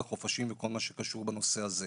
בחופשים ובכל מה שקשור בנושא הזה.